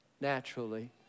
naturally